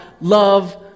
Love